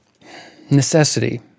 necessity